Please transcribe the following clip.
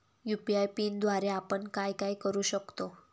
UPI पिनद्वारे आपण काय काय करु शकतो?